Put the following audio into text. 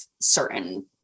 certain